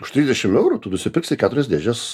už trisdešim eurų tu nusipirksi keturias dėžes